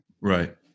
Right